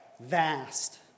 vast